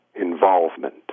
involvement